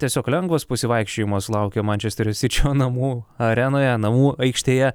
tiesiog lengvas pasivaikščiojimas laukia mančesterio sičio namų arenoje namų aikštėje